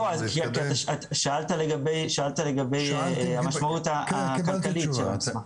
לא, כי שאלת לגבי המשמעות הכלכלית של המסמך.